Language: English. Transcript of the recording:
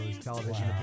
television